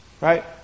right